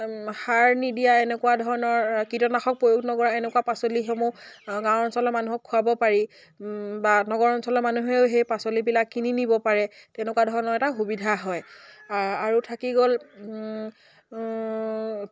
সাৰ নিদিয়া এনেকুৱা ধৰণৰ কীটনাশক প্ৰয়োগ নকৰা এনেকুৱা পাচলিসমূহ গাঁও অঞ্চলৰ মানুহক খুৱাব পাৰি বা নগৰ অঞ্চলৰ মানুহেও সেই পাচলিবিলাক কিনি নিব পাৰে তেনেকুৱা ধৰণৰ এটা সুবিধা হয় আৰু থাকি গ'ল